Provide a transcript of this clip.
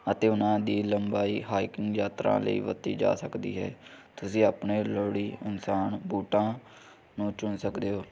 ਅਤੇ ਉਹਨਾਂ ਦੀ ਲੰਬਾਈ ਹਾਈਕਿੰਗ ਯਾਤਰਾ ਲਈ ਵਰਤੀ ਜਾ ਸਕਦੀ ਹੈ ਤੁਸੀਂ ਆਪਣੇ ਲੜੀ ਅਨੁਸਾਰ ਬੂਟਾਂ ਨੂੰ ਚੁਣ ਸਕਦੇ ਹੋ